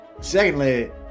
Secondly